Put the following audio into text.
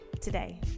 today